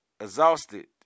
exhausted